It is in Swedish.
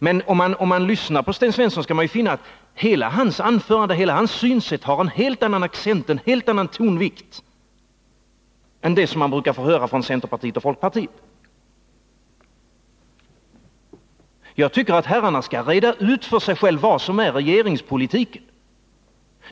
Den som lyssnade på Sten Svensson måste finna att hela hans anförande hade en helt annan accent än det man brukar få höra från centerpartiet och folkpartiet. Jag tycker att herrarna skall reda ut för sig själva vad som är regeringspolitiken!